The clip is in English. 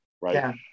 Right